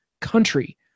country